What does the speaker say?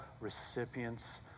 recipients